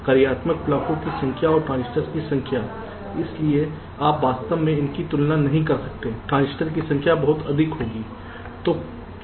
कार्यात्मक ब्लॉकों की संख्या और ट्रांज़िटर्स की संख्या इसलिए आप वास्तव में उनकी तुलना नहीं कर सकते हैं ट्रांजिस्टर की संख्या बहुत अधिक होगी